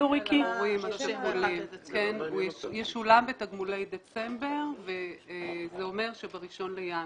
הוא ישולם בתגמולי דצמבר, וזה אומר ב-1 בינואר.